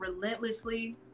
relentlessly